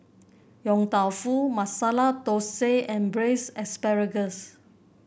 Yong Tau Foo Masala Thosai and Braised Asparagus